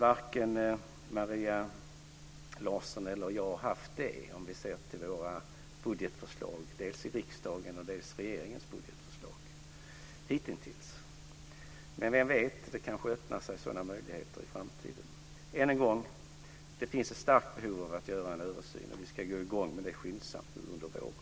Varken Maria Larsson eller jag har haft det hitintills om man ser till våra budgetförslag, dels i riksdagen, dels regeringens budgetförslag. Men vem vet, det kanske öppnar sig sådana möjligheter i framtiden. Än en gång: Det finns ett starkt behov av att göra en översyn. Vi ska gå i gång med det skyndsamt, under våren.